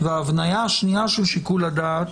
ההבניה השנייה של שיקול הדעת,